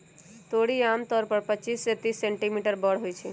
तोरी आमतौर पर पच्चीस से तीस सेंटीमीटर बड़ होई छई